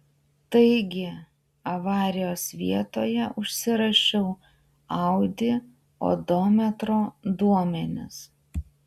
taigi avarijos vietoje užsirašiau audi odometro duomenis